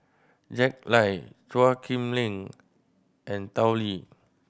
Jack Lai Chua Chim Kang and Tao Li